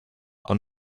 are